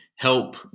help